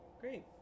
Great